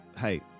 hey